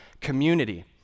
community